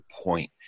point